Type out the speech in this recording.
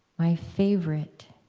my favorite.